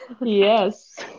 yes